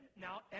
now